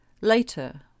Later